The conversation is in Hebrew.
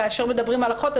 כאשר מדברים על אחות,